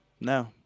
No